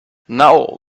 now